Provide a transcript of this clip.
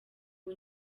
uwo